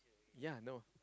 yea no